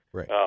Right